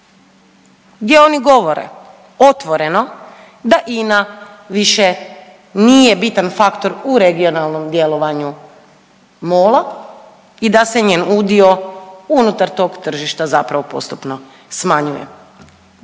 gdje oni govore otvoreno da INA više nije bitan faktor u regionalnom djelovanju MOL-a i da se njen udio unutar tog tržišta zapravo postupno smanjuje.